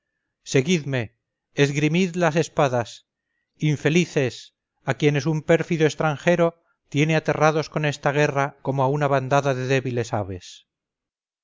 seguidme esgrimid las espadas infelices a quienes un pérfido extranjero tiene aterrados con esta guerra como a una bandada de débiles aves